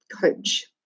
coach